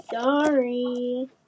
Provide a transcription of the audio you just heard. Sorry